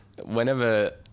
Whenever